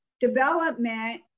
development